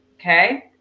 Okay